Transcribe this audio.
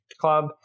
club